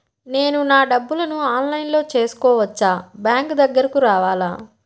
నేను నా డబ్బులను ఆన్లైన్లో చేసుకోవచ్చా? బ్యాంక్ దగ్గరకు రావాలా?